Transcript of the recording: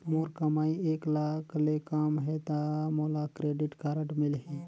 मोर कमाई एक लाख ले कम है ता मोला क्रेडिट कारड मिल ही?